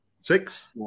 Six